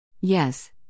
Yes